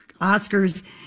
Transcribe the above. Oscars